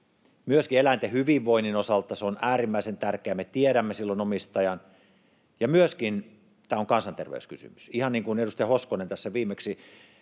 myöskin eläinten hyvinvoinnin osalta se on äärimmäisen tärkeää, kun me tiedämme silloin omistajan. Ja myöskin tämä on kansanterveyskysymys, ihan niin kuin edustaja Hoskonen tässä viimeksi